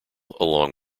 along